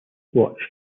watch